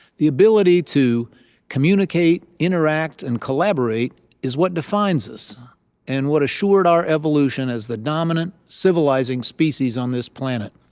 the ability to communicate, interact, and collaborate is what defines us and what assured our evolution as the dominant civilizing species on this planet.